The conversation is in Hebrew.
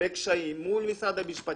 בקשיים מול משרד המשפטים,